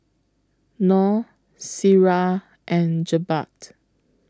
Nor Syirah and Jebat